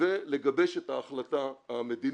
ולגבש את ההחלטה המדינית,